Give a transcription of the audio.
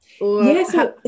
Yes